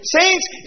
Saints